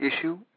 issue